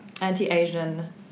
anti-Asian